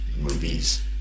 movies